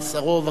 חבר הכנסת,